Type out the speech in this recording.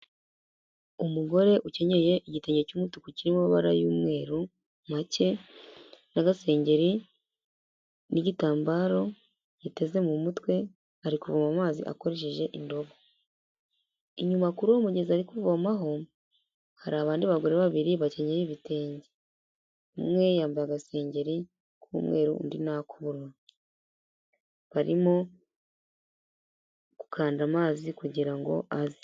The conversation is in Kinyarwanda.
Umugore ukenyeye igitenge cy'umutuku kirimo amabara y'umweru make n'agasengeri n'igitambaro giteze mu mutwe, ari kuvoma amazi akoreshe indobo, inyuma kuri uwo mugezi ari kuvomaho hari abagore babiri bakenye ibitenge, umwe yambaye agasengeri k'umweru undi ni ak'ubururu barimo gukanda amazi kugira ngo aze.